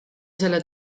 selle